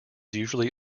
usually